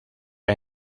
han